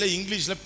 English